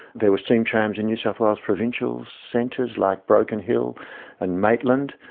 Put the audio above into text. there were steam trams in new south wales provincial centres like broken hill and maitland,